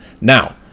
Now